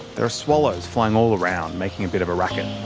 there are swallows flying all around, making a bit of a racket.